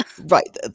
Right